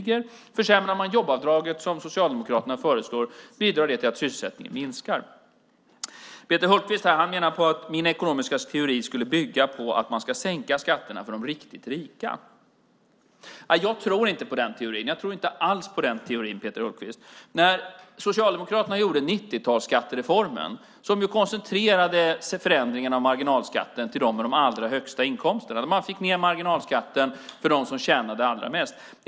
Om man försämrar jobbavdraget, som Socialdemokraterna föreslår, bidrar det till att sysselsättningen minskar. Peter Hultqvist menar att min ekonomiska teori skulle bygga på att man ska sänka skatterna för de riktigt rika. Jag tror inte alls på den teorin. När Socialdemokraterna gjorde 90-talsskattereformen koncentrerades förändringen av marginalskatten till dem med de allra högsta inkomsterna, då man fick ned marginalskatten för dem som tjänade allra mest.